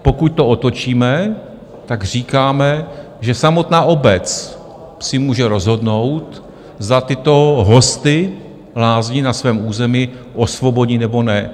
Pokud to otočíme, tak říkáme, že samotná obec se může rozhodnout za tyto hosty lázní na svém území, jestli je osvobodí, nebo ne.